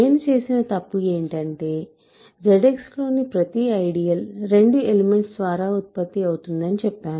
నేను చెప్పిన తప్పు ఏంటంటే ZX లోని ప్రతి ఐడియల్2 ఎలిమెంట్స్ ద్వారా ఉత్పత్తి అవుతుందని చెప్పాను